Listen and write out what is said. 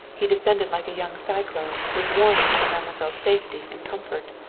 he descended like a young cyclone, with warnings for mademoiselle's safety and comfort.